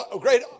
great